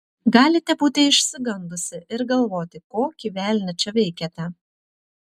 galite būti išsigandusi ir galvoti kokį velnią čia veikiate